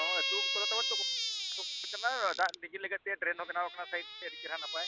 ᱦᱚᱸ ᱟᱛᱳ ᱠᱚᱫᱚ ᱛᱟᱵᱚᱱ ᱡᱚᱛᱚ ᱠᱚᱝᱠᱨᱤᱴ ᱠᱟᱱᱟ ᱫᱟᱜ ᱞᱤᱜᱤᱱ ᱞᱟᱹᱜᱤᱫᱛᱮ ᱰᱨᱮᱱ ᱦᱚᱸ ᱵᱮᱱᱟᱣ ᱠᱟᱱᱟ ᱥᱟᱹᱭᱤᱰ ᱛᱮ ᱟᱹᱰᱤ ᱪᱮᱨᱦᱟ ᱱᱟᱯᱟᱭ